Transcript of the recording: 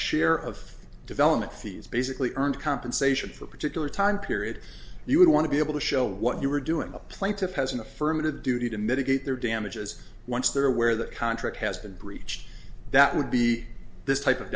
share of development fees basically earned compensation for a particular time period you would want to be able to show what you were doing the plaintiff has an affirmative duty to mitigate their damages once their way or the contract has been breached that would be this type of